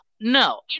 No